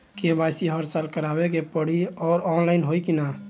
KYC हर साल करवावे के पड़ी और ऑनलाइन होई की ना?